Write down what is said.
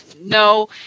no